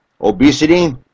obesity